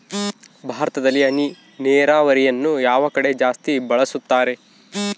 ಭಾರತದಲ್ಲಿ ಹನಿ ನೇರಾವರಿಯನ್ನು ಯಾವ ಕಡೆ ಜಾಸ್ತಿ ಬಳಸುತ್ತಾರೆ?